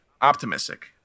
optimistic